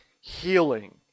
healing